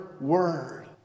word